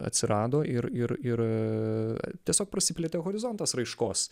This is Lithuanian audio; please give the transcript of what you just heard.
atsirado ir ir ir tiesiog prasiplėtė horizontas raiškos